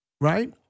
right